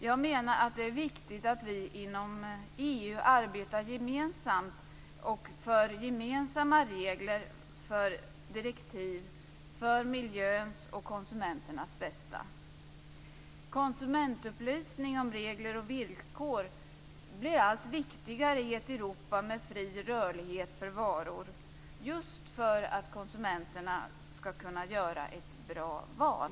Jag menar att det är viktigt att vi inom EU gemensamt arbetar för gemensamma regler och direktiv för miljöns och konsumenternas bästa. Konsumentupplysning om regler och villkor blir allt viktigare i ett Europa med fri rörlighet för varor just för att konsumenterna ska kunna göra ett bra val.